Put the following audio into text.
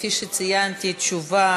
כפי שציינתי, תשובה